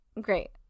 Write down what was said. Great